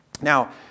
Now